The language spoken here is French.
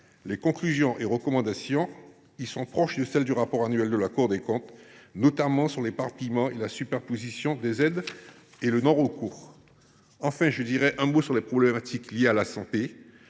Ses conclusions et recommandations sont proches de celles du rapport annuel de la Cour des comptes, notamment sur l’éparpillement et la superposition des aides et le non recours. Enfin, je dirai un mot sur les problématiques liées à la santé.